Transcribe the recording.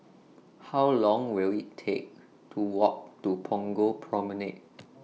How Long Will IT Take to Walk to Punggol Promenade